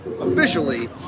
officially